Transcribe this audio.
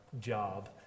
job